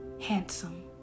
handsome